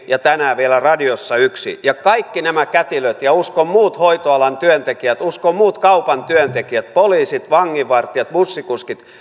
ja tänään vielä radiossa yhden ja kaikki nämä kätilöt ja uskon että muut hoitoalan työntekijät muut kaupan työntekijät poliisit vanginvartijat bussikuskit